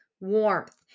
warmth